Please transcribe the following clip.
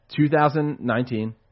2019